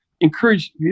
encourage